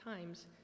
times